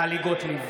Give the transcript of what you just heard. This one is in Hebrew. טלי גוטליב,